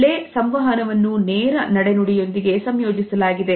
ಇಲ್ಲೇ ಸಂವಹನವನ್ನು ನೇರ ನಡೆ ನುಡಿ ಯೊಂದಿಗೆ ಸಂಯೋಜಿಸಲಾಗಿದೆ